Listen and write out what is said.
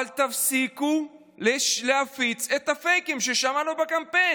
אבל תפסיקו להפיץ את הפייקים ששמענו בקמפיין,